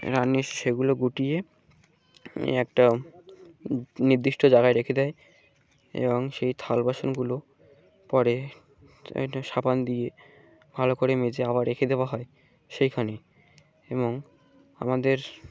রাঁধুনি সেগুলো গুটিয়ে একটা নির্দিষ্ট জায়গায় রেখে দেয় এবং সেই থাল বাসনগুলো পরে সাবান দিয়ে ভালো করে মেজে আবার রেখে দেওয়া হয় সেইখানে এবং আমাদের